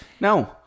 No